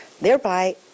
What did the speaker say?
thereby